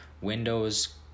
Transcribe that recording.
windows